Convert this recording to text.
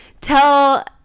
tell